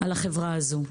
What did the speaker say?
על החברה הזו,